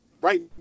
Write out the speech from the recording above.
right